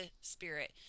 spirit